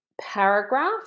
paragraph